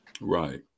Right